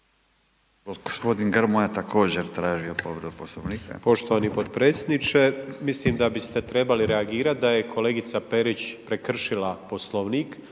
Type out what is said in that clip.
g. Grmoja je također tražio povredu Poslovnika.